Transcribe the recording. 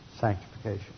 sanctification